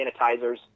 sanitizers